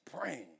praying